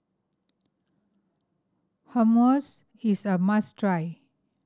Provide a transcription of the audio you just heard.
hummus is a must try